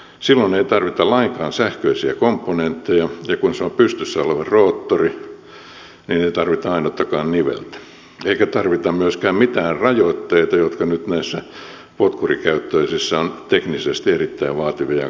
silloin ei tarvita lainkaan sähköisiä komponentteja ja kun se on pystyssä oleva roottori niin ei tarvita ainuttakaan niveltä eikä tarvita myöskään mitään rajoitteita jotka nyt näissä potkurikäyttöisissä ovat teknisesti erittäin vaativia ja kalliita